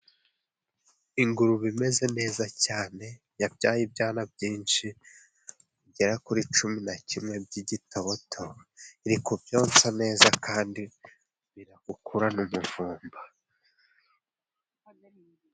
Ingurube imeze neza cyane, yabyaye ibyana byinshi bigera kuri cumi na kimwe by'igitoboto. Iri ku byonsa neza kandi biri gukurarana umuvumba.